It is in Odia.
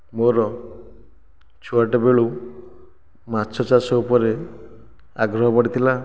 ମୋର ଛୁଆଟେ ବେଳୁ ମାଛ ଚାଷ ଉପରେ ଆଗ୍ରହ ବଢ଼ିଥିଲା